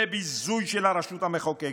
זה ביזוי של הרשות המחוקקת.